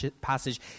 passage